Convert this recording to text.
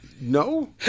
No